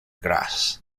grass